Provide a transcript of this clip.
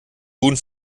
huhn